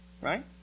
Right